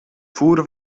voeren